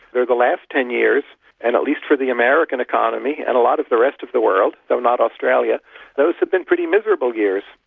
are the last ten years and at least for the american economy, and a lot of the rest of the world, though not australia those have been pretty miserable years.